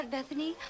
Bethany